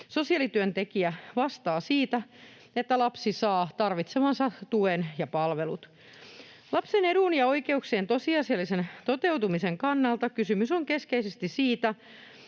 Sosiaalityöntekijä vastaa siitä, että lapsi saa tarvitsemansa tuen ja palvelut. Lapsen edun ja oikeuksien tosiasiallisen toteutumisen kannalta kysymys on keskeisesti siitä,